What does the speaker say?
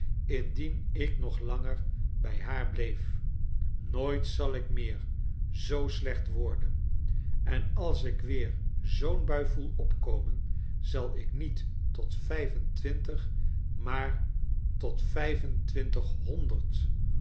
indien ik nog langer bij haar bleef nooit zal ik meer zoo slecht worden en als ik weer zoo'n bui voel opkomen zal ik niet tot vijfentwintig maar tot vijfentwintighoriderd tot vijfentwintig